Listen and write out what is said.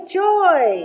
joy